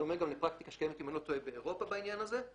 בדומה גם לפרקטיקה שקיימת אם אני לא טועה באירופה בעניין הזה,